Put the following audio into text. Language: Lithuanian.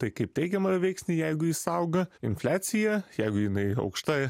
tai kaip teigiamą veiksnį jeigu jis auga infliacija jeigu jinai aukšta